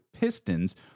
Pistons